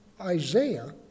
Isaiah